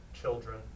children